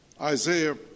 Isaiah